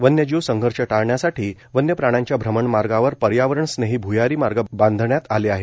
वन्यजीव संघर्ष टाळण्यासाठी वन्यप्राण्याच्या श्रमण मार्गावर पर्यावरण स्नेही भ्यारी मार्ग बांधण्यात आले आहेत